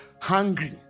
Hungry